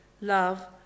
love